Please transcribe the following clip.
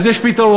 אז יש פתרון.